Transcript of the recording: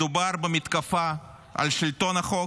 מדובר במתקפה על שלטון החוק,